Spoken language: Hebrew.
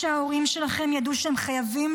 הבתים שלכם נשרפים,